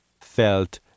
felt